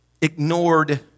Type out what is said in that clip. ignored